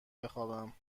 بخوابم